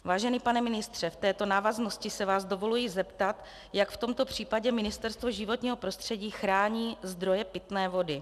Vážený pane ministře, v této návaznosti se vás dovoluji zeptat, jak v tomto případě Ministerstvo životního prostředí chrání zdroje pitné vody.